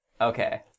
Okay